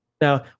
Now